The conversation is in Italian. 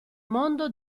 mondo